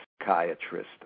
psychiatrist